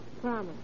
Promise